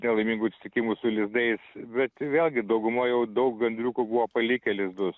nelaimingų atsitikimų su lizdais bet vėlgi dauguma jau daug gandriukų buvo palikę lizdus